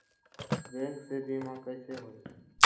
Bank से बिमा कईसे होई?